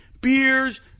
beers